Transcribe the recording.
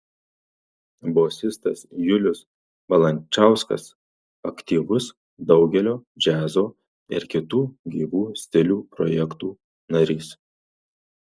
bosistas julius valančauskas aktyvus daugelio džiazo ir kitų gyvų stilių projektų narys